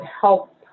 help